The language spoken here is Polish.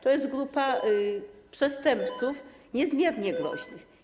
To jest grupa przestępców niezmiernie groźnych.